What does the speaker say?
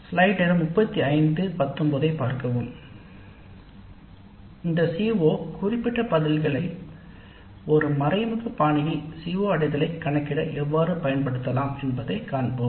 இந்த CO குறிப்பிட்ட பதில்களை ஒரு மறைமுக பாணியில் எவ்வாறு பயன்படுத்தலாம் என்பதைக் காண்போம்